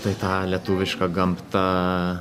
tai tą lietuviška gamta